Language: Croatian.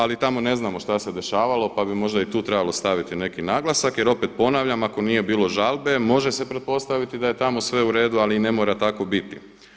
Ali tamo ne znamo šta se dešavalo pa bi možda i tu trebalo staviti neki naglasak jer opet ponavljam, ako nije bilo žalbe može se pretpostaviti da je tamo sve uredu ali i ne mora tako biti.